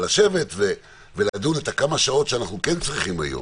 אבל לשבת ולדון את הכמה שעות שאנחנו כן צריכים היום,